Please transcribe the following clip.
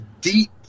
deep